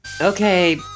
Okay